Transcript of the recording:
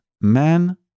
man